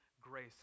grace